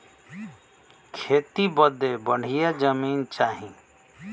खेती बदे बढ़िया जमीन चाही